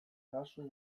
kasu